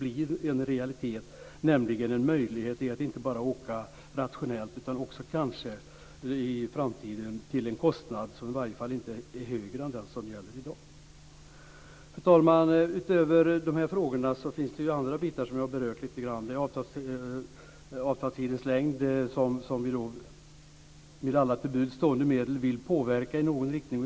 Vi ser till att det finns en möjlighet inte bara att åka rationellt utan kanske också att i framtiden åka till en kostnad som i varje fall inte är högre än den som gäller i dag. Fru talman! Utöver de här frågorna finns det också andra bitar som jag har berört lite grann. Avtalstidens längd vill vi med alla till buds stående medel påverka i någon riktning.